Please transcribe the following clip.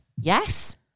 Yes